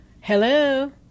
hello